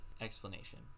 explanation